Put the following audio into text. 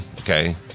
okay